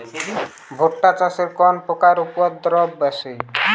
ভুট্টা চাষে কোন পোকার উপদ্রব বেশি?